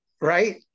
right